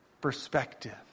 perspective